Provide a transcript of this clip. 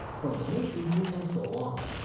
from the main input and so on.